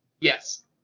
Yes